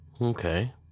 Okay